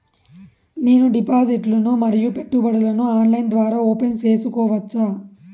నేను డిపాజిట్లు ను మరియు పెట్టుబడులను ఆన్లైన్ ద్వారా ఓపెన్ సేసుకోవచ్చా?